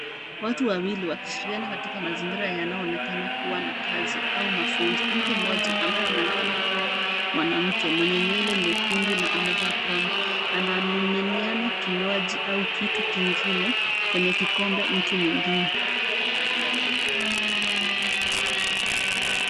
Watu wawili wakiashiriana katika mazingira yanayoonekana kuwa na kazi au mafunzo. Mtu mmoja ambaye anaonekana kuwa mwanamke mwenye nywele nyekundu na amevaa aproni na anamiminiana kinywaji au kitu kingine kwenye kikombe mtu mwengine.